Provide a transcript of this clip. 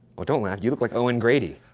well don't laugh, you look like owen grady.